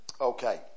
Okay